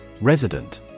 Resident